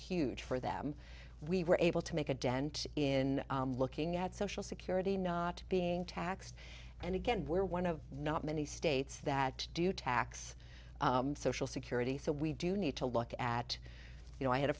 huge for them we were able to make a dent in looking at social security not being taxed and again we're one of not many states that do tax social security so we do need to look at you know i had a